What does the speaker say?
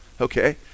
Okay